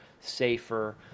safer